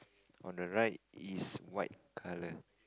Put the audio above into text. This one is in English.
on the right is white colour